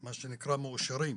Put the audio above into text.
מה שנקרא מאושרים